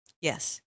Yes